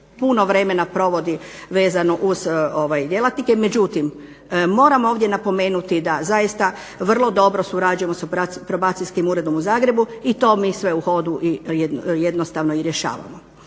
puno vremena provodi vezano uz djelatnike. Međutim moram ovdje napomenuti da zaista vrlo dobro surađujemo sa probacijskim uredom u Zagrebu i to mi sve u hodu i jednostavno i rješavamo.